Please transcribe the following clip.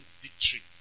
victory